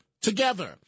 together